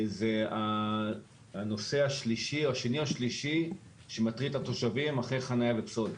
זה הנושא השלישי שמטריד את התושבים אחרי חניה ופסולת.